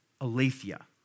aletheia